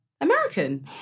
American